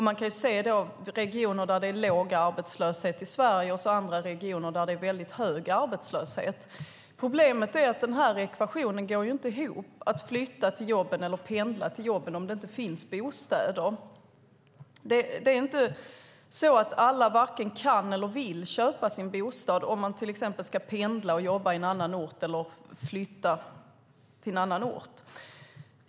Man kan se regioner där det är låg arbetslöshet i Sverige och andra regioner där det är väldigt hög arbetslöshet. Problemet är att ekvationen - att flytta till jobben eller pendla till jobben - inte går ihop om det inte finns bostäder. Det är inte så att alla varken kan eller vill köpa sin bostad om man till exempel ska pendla till, jobba i eller flytta till en annan ort.